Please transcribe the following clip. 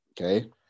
Okay